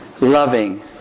loving